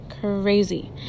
crazy